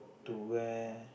to where